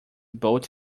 boat